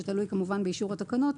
שתלוי כמובן באישור התקנות,